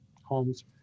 homes